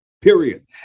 Period